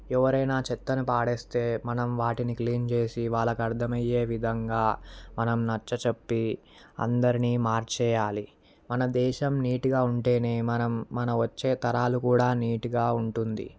ఎవరైనా చెత్తను పాడేస్తే మనం వాటిని క్లీన్ చేసి వాళ్ళకి అర్థమయ్యే విధంగా మనం నచ్చ చెప్పి అందరినీ మార్చేయాలి మన దేశం నీట్గా ఉంటేనే మనం మన వచ్చే తరాలు కూడా నీట్గా ఉంటుంది